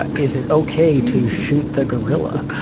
but is it ok to shoot the gorilla?